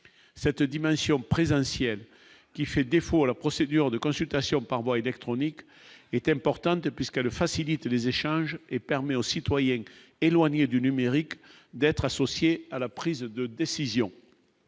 cette dimension présidentielle qui fait défaut à la procédure de consultation par voie électronique est importante puisqu'elle facilite les échanges et permet aux citoyens éloigné du numérique d'être associés à la prise de décision